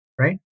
right